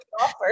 offer